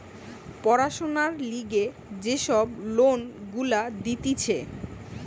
পড়াশোনার লিগে যে সব লোন গুলা দিতেছে